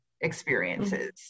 experiences